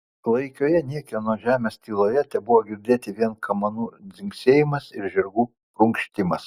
klaikioje niekieno žemės tyloje tebuvo girdėti vien kamanų dzingsėjimas ir žirgų prunkštimas